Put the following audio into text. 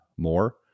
more